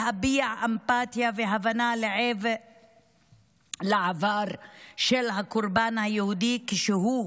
להביע אמפתיה והבנה לעבר של הקורבן היהודי, כשהוא,